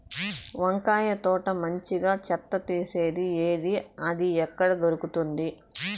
వంకాయ తోట మంచిగా చెత్త తీసేది ఏది? అది ఎక్కడ దొరుకుతుంది?